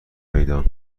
میدان